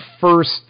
first